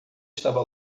estava